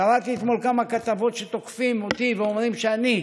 קראתי אתמול כמה כתבות, תוקפים אותי ואומרים שאני,